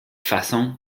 façon